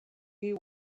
you